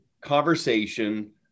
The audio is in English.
conversation